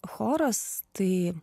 choras tai